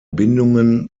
bindungen